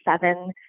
seven